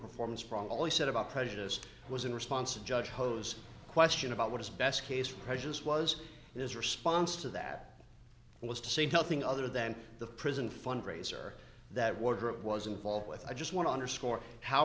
performance problem only set up prejudiced was in response to judge hos question about what is best case precious was his response to that was to say nothing other than the prison fundraiser that wardrobe was involved with i just want to underscore how